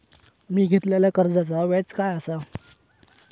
मी घेतलाल्या कर्जाचा व्याज काय आसा?